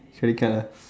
should we care